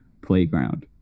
playground